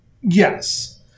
Yes